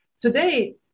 Today